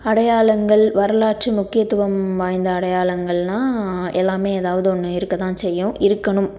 அடையாளங்கள் வரலாற்று முக்கியத்துவம் வாய்ந்த அடையாளங்கள்னால் எல்லாமே ஏதாவது ஒன்று இருக்கதான் செய்யும் இருக்கணும்